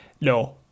No